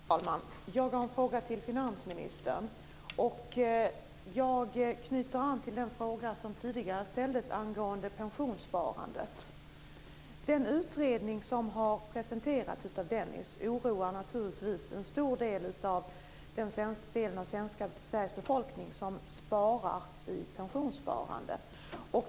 Herr talman! Jag har en fråga till finansministern, och jag vill anknyta till den fråga som tidigare ställdes angående pensionssparandet. Den utredning som har presenterats av Bengt Dennis oroar naturligtvis en stor del av den svenska befolkningen som sparar i pensionssparande.